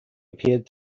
appeared